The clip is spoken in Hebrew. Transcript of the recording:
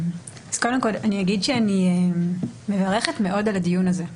קודם כל, אני מברכת מאוד על הדיון הזה.